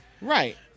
Right